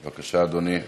בבקשה, אדוני.